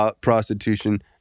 prostitution